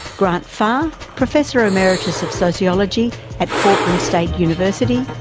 grant farr, professor emeritus of sociology at portland state university,